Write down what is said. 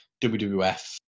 WWF